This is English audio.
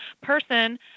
person